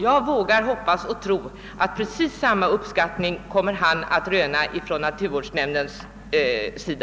Jag vågar hoppas och tro att han kommer att röna precis samma uppskattning av naturvårdsforskningsnämnden.